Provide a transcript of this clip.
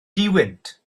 duwynt